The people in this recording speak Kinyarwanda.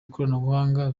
ikoranabuhanga